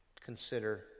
consider